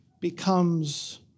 becomes